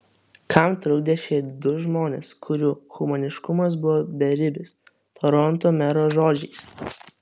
kam trukdė šie du žmonės kurių humaniškumas buvo beribis toronto mero žodžiais